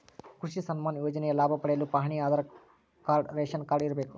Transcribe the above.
ಕೃಷಿ ಸನ್ಮಾನ್ ಯೋಜನೆಯ ಲಾಭ ಪಡೆಯಲು ಪಹಣಿ ಆಧಾರ್ ಕಾರ್ಡ್ ರೇಷನ್ ಕಾರ್ಡ್ ಇರಬೇಕು